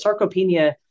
sarcopenia